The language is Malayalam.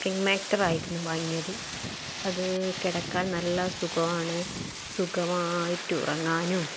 സ്പ്രിങ് മാറ്റർ ആയിരുന്നു വാങ്ങിയത് അത് കിടക്കാൻ നല്ല സുഖമാണ് സുഖമായിട്ട് ഉറങ്ങാനും